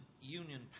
Union